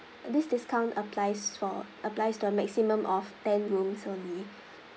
this discount applies for applies to a maximum of ten rooms only